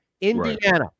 Indiana